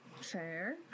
fair